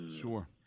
Sure